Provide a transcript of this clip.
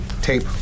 Tape